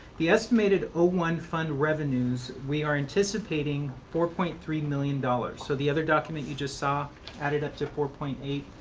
the estimated ah one fund revenues, we are anticipating four point three million dollars. so the other document you just saw added up to four point eight.